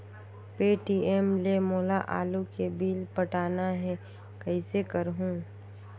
Paytm ले मोला आलू के बिल पटाना हे, कइसे करहुँ?